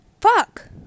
Fuck